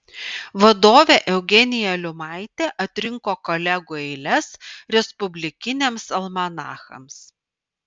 vadovė eugenija liumaitė atrinko kolegų eiles respublikiniams almanachams